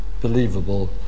believable